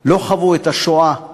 לא חוו את השואה,